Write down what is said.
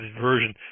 version